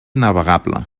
navegable